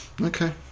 Okay